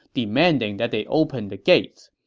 demanding that they open the gates.